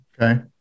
Okay